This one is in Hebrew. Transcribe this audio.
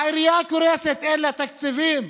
העירייה קורסת, אין לה תקציבים.